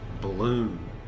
balloon